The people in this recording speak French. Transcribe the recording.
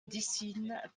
décines